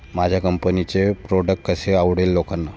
माझ्या कंपनीचे प्रॉडक्ट कसे आवडेल लोकांना?